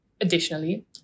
Additionally